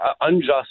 unjust